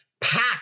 pack